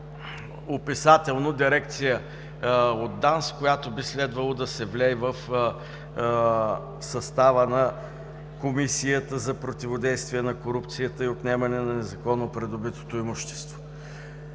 описателно „Дирекция от ДАНС“, която би следвало да се влее в състава на Комисията за противодействие на корупцията и отнемане на незаконно придобитото имущество!